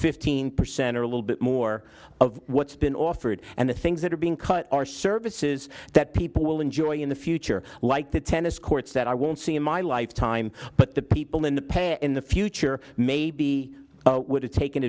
fifteen percent or a little bit more of what's been offered and the things that are being cut are services that people will enjoy in the future like the tennis courts that i won't see in my lifetime but the people in the pay in the future maybe would have taken